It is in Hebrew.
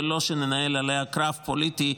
ולא שננהל עליה קרב פוליטי,